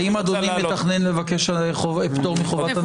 האם אדוני מתכנן לבקש פטור מחובת הנחה?